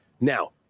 Now